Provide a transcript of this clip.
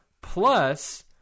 Plus